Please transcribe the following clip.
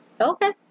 Okay